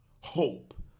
hope